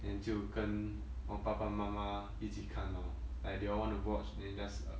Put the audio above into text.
then 就跟我爸爸妈妈一起看 lor like they all want to watch then just uh